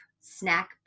snack